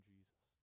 Jesus